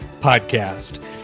Podcast